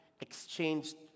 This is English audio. exchanged